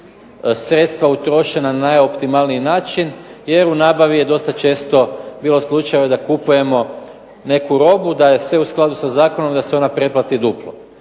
sredstva utrošena na najoptimalniji način jer u nabavi je dosta često bilo slučajeva da kupujemo neku robu, da je sve u skladu sa zakonom i da se ona preplati duplo.